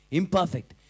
imperfect